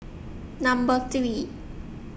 Number three